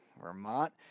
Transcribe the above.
Vermont